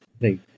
right